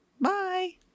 Bye